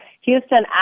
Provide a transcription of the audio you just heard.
Houston